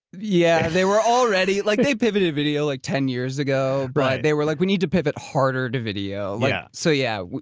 yeah, they were already. like they pivoted video like ten years ago, but they were like, we need to pivot harder to video. yeah so yeah,